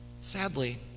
sadly